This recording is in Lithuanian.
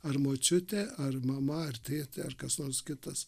ar močiutė ar mama ar tėtė ar kas nors kitas